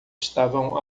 estavam